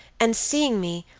and seeing me,